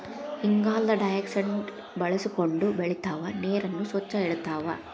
ಇಂಗಾಲದ ಡೈಆಕ್ಸೈಡ್ ಬಳಸಕೊಂಡ ಬೆಳಿತಾವ ನೇರನ್ನ ಸ್ವಚ್ಛ ಇಡತಾವ